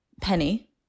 penny